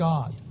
God